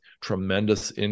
tremendous